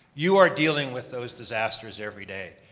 you are dealing with those disasters every day.